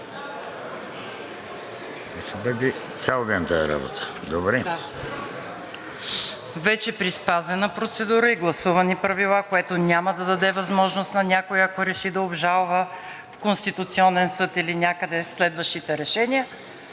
Вече при спазена процедура и гласувани правила, което няма да даде възможност на някого, ако реши да обжалва в Конституционния съд или някъде следващите решения,